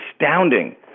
astounding